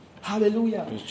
Hallelujah